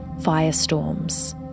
firestorms